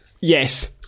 yes